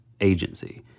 agency